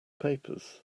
papers